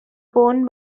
won